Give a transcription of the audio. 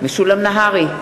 משולם נהרי,